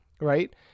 right